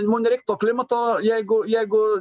mum nereik to klimato jeigu jeigu